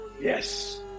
Yes